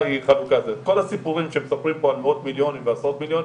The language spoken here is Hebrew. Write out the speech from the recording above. כל הסיפורים שמספרים כאן על מאות מיליונים ועשרות מיליונים,